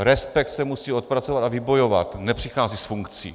Respekt se musí odpracovat a vybojovat, nepřichází s funkcí.